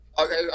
Okay